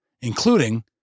including